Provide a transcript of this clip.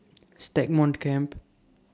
Stagmont Camp